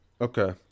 Okay